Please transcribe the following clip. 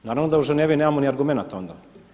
Naravno da u Ženevi nemamo niti argumenata onda.